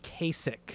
Kasich